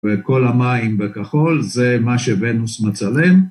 וכל המים בכחול, זה מה שונוס מצלם.